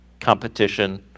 competition